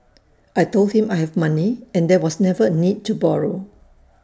I Told him I have money and there was never A need to borrow